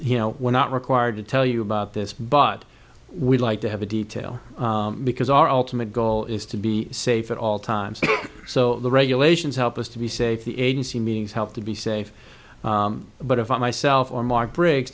you know we're not required to tell you about this but we'd like to have a detail because our ultimate goal is to be safe at all times so the regulations help us to be safe the agency meetings help to be safe but if i myself or mark bri